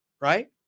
right